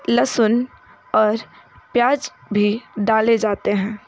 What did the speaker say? लहसुन और प्याज भी डाले जाते हैं